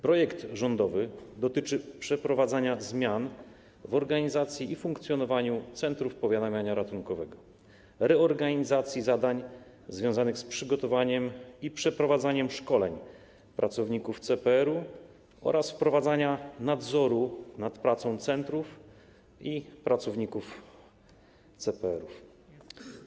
Projekt rządowy dotyczy przeprowadzenia zmian w organizacji i funkcjonowaniu centrów powiadamiania ratunkowego, reorganizacji zadań związanych z przygotowywaniem i przeprowadzaniem szkoleń pracowników CPR-u oraz wprowadzenia nadzoru nad pracą centrów i pracowników CPR-ów.